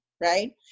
right